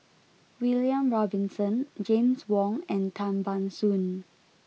William Robinson James Wong and Tan Ban Soon